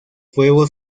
huevos